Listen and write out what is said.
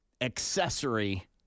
accessory